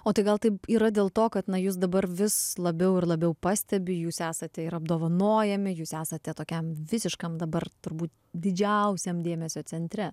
o tai gal taip yra dėl to kad na jūs dabar vis labiau ir labiau pastebi jūs esate ir apdovanojami jūs esate tokiam visiškam dabar turbūt didžiausiam dėmesio centre